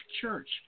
Church